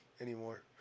anymore